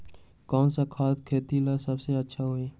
कौन सा खाद खेती ला सबसे अच्छा होई?